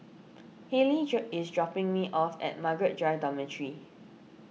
Haylie drop is dropping me off at Margaret Drive Dormitory